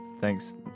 thanks